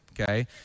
okay